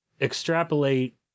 extrapolate